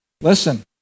Listen